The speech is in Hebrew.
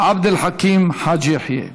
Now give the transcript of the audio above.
עבד אל חכים חאג' יחיא,